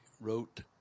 wrote